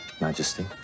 Majesty